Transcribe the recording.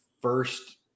first